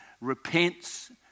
repents